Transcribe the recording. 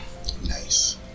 Nice